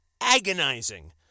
agonizing